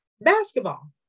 Basketball